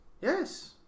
Yes